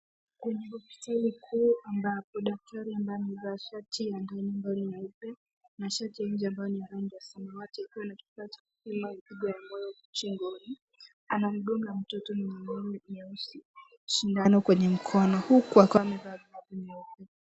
Kwenye hospitali kuu ambapo daktari ambaye amevaa shati ya ndani ambayo ni nyeupe na shati nje amevaa ni ya rangi ya samawati akiwa na kifaa cha kupima ukubwa wa moyo shingoni anamdunga mtoto mwenye nywele nyeusi sindano kwenye mkono huku akiwa amevaa glavu nyeupe.